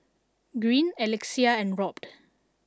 Greene Alexia and Robt